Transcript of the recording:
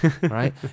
right